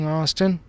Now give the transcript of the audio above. Austin